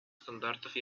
стандартов